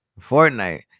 Fortnite